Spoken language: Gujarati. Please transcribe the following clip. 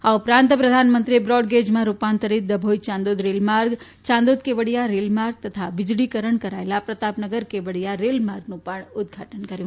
આ ઉપરાંત પ્રધાનમંત્રી નરેન્દ્ર મોદીએ બ્રોડગેજમાં રૂપાંતરીત ડભોઇ ચાંદોદ રેલમાર્ગ ચાંદોદ કેવડીયા રેલમાર્ગ તથા વીજળીકરણ કરાયેલા પ્રતાપનગર કેવડીયા રેલમાર્ગનું પણ ઉદ્દઘાટન કર્યું